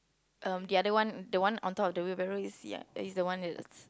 um the other one the one on top of the wheel barrow you see ah is the one it's